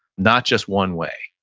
not just one way.